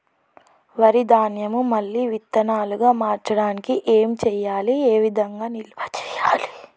వరి ధాన్యము మళ్ళీ విత్తనాలు గా మార్చడానికి ఏం చేయాలి ఏ విధంగా నిల్వ చేయాలి?